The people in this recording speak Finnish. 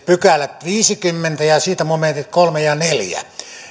pykälä ja ja siitä kolme ja neljä